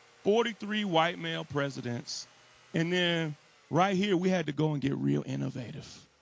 forty three white, male presidents and then right here we had to go and get real innovative.